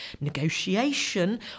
negotiation